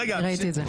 ראיתי את זה.